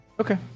okay